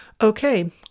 Okay